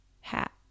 hat